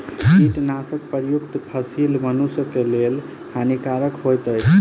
कीटनाशक प्रयुक्त फसील मनुषक लेल हानिकारक होइत अछि